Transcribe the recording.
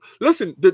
listen